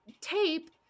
tape